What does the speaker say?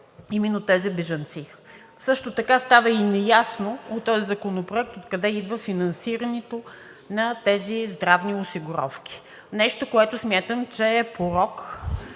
именно тези бежанци. Също така остава и неясно от този законопроект откъде идва финансирането на тези здравни осигуровки. Нещо, което смятам, че е порок.